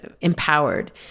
empowered